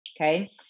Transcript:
Okay